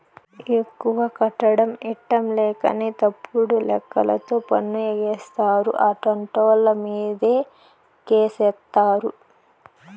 ఎక్కువ కట్టడం ఇట్టంలేకనే తప్పుడు లెక్కలతో పన్ను ఎగేస్తారు, అట్టాంటోళ్ళమీదే కేసేత్తారు